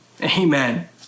amen